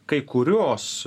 kai kurios